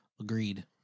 Agreed